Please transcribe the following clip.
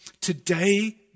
Today